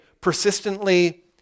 persistently